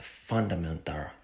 fundamental